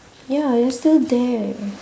ya they're still there